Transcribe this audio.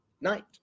night